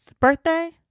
birthday